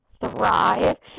Thrive